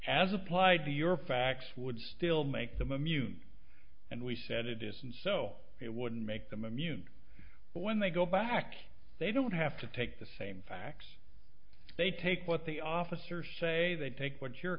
law as applied to your facts would still make them immune and we said it isn't so it wouldn't make them immune but when they go back they don't have to take the same facts they take what the officers say they take what your